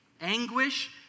anguish